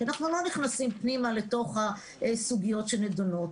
כי אנחנו לא נכנסים פנימה לתוך הסוגיות שנדונות.